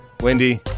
Wendy